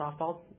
softball